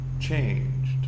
changed